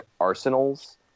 arsenals